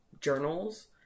journals